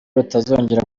rutazongera